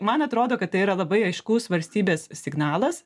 man atrodo kad tai yra labai aiškus valstybės signalas